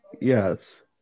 Yes